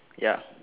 ya